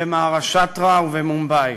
במהאראשטרה ובמומבאי.